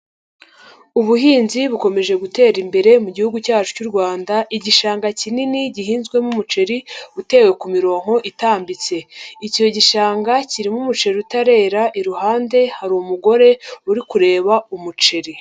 Ubuhinzi bukomeje gutera imbere mu gihugu cyacu cy'u Rwanda, igishanga kinini gihinzwemo umuceri utewe ku mirongo itambitse, icyo gishanga kirimo umuceri utarera, iruhande hari umugore uri kureba umuceri.